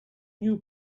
knew